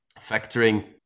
Factoring